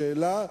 השאלה היא,